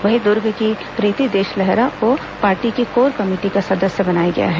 वहीं दुर्ग की रीति देशलहरा को पार्टी की कोर कमेटी का सदस्य बनाया गया है